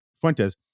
Fuentes